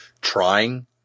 trying